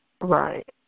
Right